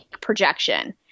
projection